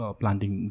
planting